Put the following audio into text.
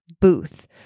Booth